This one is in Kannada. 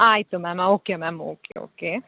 ಆಯಿತು ಮ್ಯಾಮ್ ಹಾಂ ಓಕೆ ಮ್ಯಾಮ್ ಓಕೆ ಓಕೆ